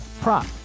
prop